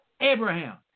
Abraham